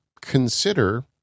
consider